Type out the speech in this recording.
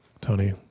Tony